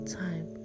time